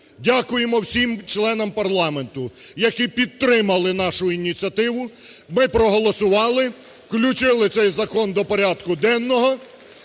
Дякуємо всім членам парламенту, які підтримали нашу ініціативу. Ми проголосували, включили цей закон до порядку денного.